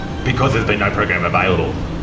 because there's been no program available.